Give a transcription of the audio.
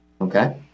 okay